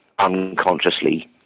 unconsciously